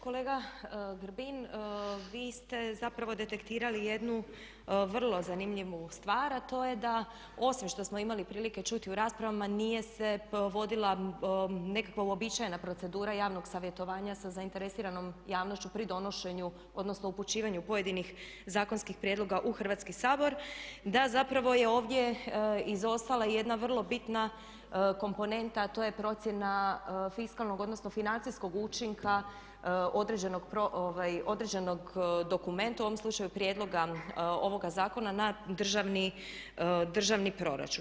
Kolega Grbin, vi ste zapravo detektirali jednu vrlo zanimljivu stvar, a to je da osim što smo imali prilike čuti u raspravama nije se provodila nekakva uobičajena procedura javnog savjetovanja sa zainteresiranom javnošću pri donošenju, odnosno upućivanju pojedinih zakonskih prijedloga u Hrvatski sabor, da zapravo je ovdje izostala jedna vrlo bitna komponenta, a to je procjena fiskalnog, odnosno financijskog učinka određenog u dokumentu, u ovom slučaju prijedloga ovoga zakona na državni proračun.